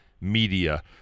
media